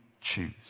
choose